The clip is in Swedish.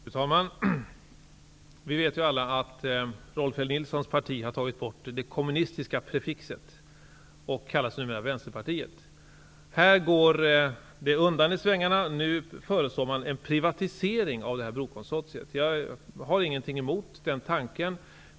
Fru talman! Vi vet ju alla att Rolf L Nilsons parti har tagit bort det kommunistiska prefixet och kallar sig numera Vänsterpartiet. Här går det undan i svängarna. Nu föreslår de en privatisering av brokonsortiet. Jag har ingenting emot den tanken.